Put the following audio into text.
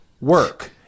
Work